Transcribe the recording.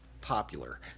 popular